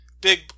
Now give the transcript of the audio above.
big